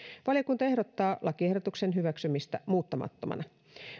valiokunta ehdottaa lakiehdotuksen hyväksymistä muuttamattomana